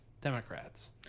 Democrats